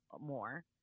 more